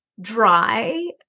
dry